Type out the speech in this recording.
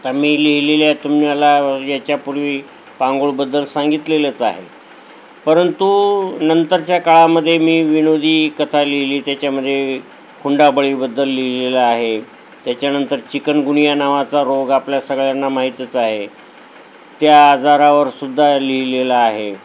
तर मी लिहिलेल्या तुम्हाला याच्यापूर्वी पांगोळबद्दल सांगितलेलंच आहे परंतु नंतरच्या काळामध्ये मी विनोदी कथा लिहिली त्याच्यामध्ये हुंडाबळीबद्दल लिहिलेलं आहे त्याच्यानंतर चिकन गुनिया नावाचा रोग आपल्या सगळ्यांना माहीतच आहे त्या आजारावरसुद्धा लिहिलेलं आहे